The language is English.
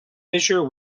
fissure